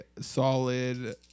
solid